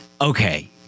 okay